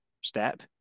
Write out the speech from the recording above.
step